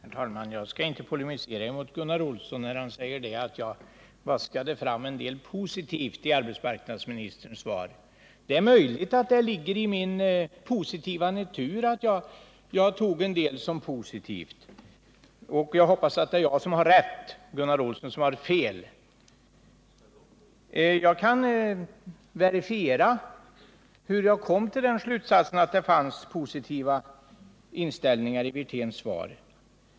Herr talman! Jag skall inte polemisera mot Gunnar Olsson, när han säger att jag vaskade fram en del positivt i arbetsmarknadsministerns svar. Det är möjligt att det beror på min positiva natur att jag uppfattade en del som positivt. Jag hoppas att det är jag som har rätt och Gunnar Olsson som har fel. Jag kan verifiera hur jag kom till den slutsatsen att det fanns positiva delar i Rolf Wirténs svar.